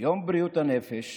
יום בריאות הנפש